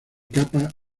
capa